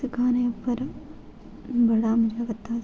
ते गाने उप्पर बड़ा मजा कीता असें